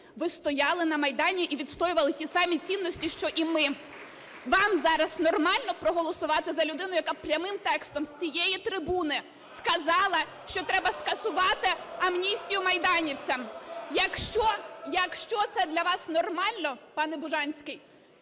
Ви стояли на Майдані і відстоювали ті самі цінності, що і ми. Вам зараз нормально проголосувати за людину, яка прямим текстом з цієї трибуни сказала, що треба скасувати амністію майданівцям? Якщо це для вас нормально, пане Бужанський,